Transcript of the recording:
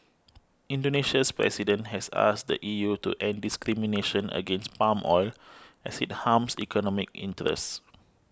Indonesia's President has asked the E U to end discrimination against palm oil as it harms economic interests